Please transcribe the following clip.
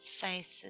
faces